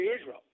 Israel